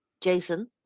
jason